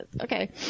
Okay